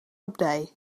abdij